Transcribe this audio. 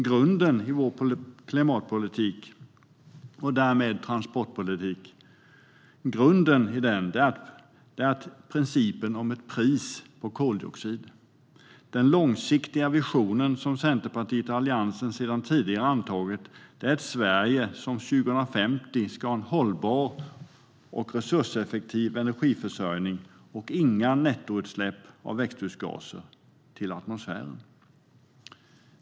Grunden i vår klimatpolitik och därmed transportpolitik är principen om ett pris på koldioxid. Den långsiktiga vision som Centerpartiet och Alliansen sedan tidigare antagit är att Sverige 2050 ska ha en hållbar och resurseffektiv energiförsörjning och inga nettoutsläpp av växthusgaser till atmosfären.